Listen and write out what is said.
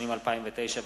התשס”ט 2009,